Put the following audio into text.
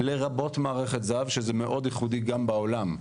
לרבות מערכת זה"ב שזה מאוד ייחוד גם בעולם,